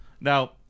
Now